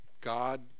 God